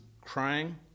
crying